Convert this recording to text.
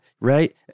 Right